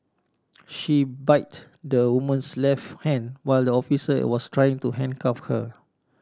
she bit the woman's left hand while the officer it was trying to handcuff her